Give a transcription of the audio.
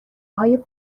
های